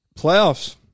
playoffs